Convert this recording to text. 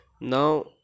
now